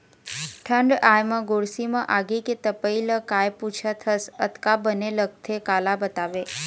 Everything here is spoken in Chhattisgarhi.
ठंड आय म गोरसी म आगी के तपई ल काय पुछत हस अतका बने लगथे काला बताबे